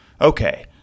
Okay